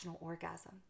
orgasm